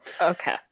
Okay